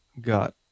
got